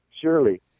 surely